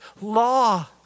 law